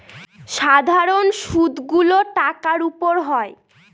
সাধারন সুদ গুলো টাকার উপর হয়